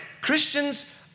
Christians